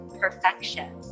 perfection